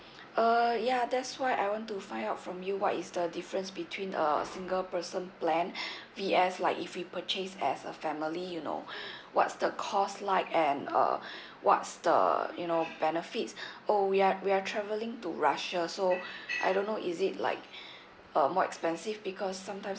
uh ya that's why I want to find out from you what is the difference between a single person plan V S like if you purchase as a family you know what's the cost like and uh what's the you know benefits oh we are we are travelling to russia so I don't know is it like uh more expensive because sometimes